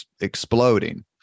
exploding